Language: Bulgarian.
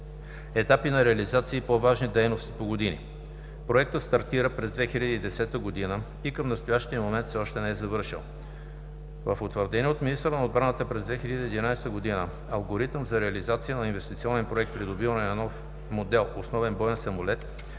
Етапи на реализация и по-важни дейности по години. Проектът стартира през 2010 г. и към настоящия момент все още не е завършил. В утвърдения от министъра на отбраната през 2011 г. „Алгоритъм за реализация на инвестиционен проект „Придобиване на нов модел основен боен самолет“